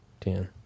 ten